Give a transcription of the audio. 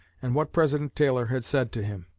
and what president taylor had said to him.